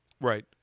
Right